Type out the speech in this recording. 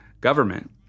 government